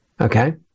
Okay